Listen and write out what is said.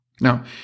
Now